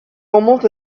almost